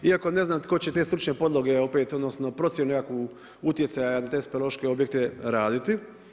Iako ne znam tko će te stručne podloge opet, odnosno procjenu nekakvu utjecaja ili te speleološke objekte raditi.